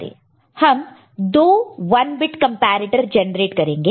हम दो 1 bit comparator generate करेंगे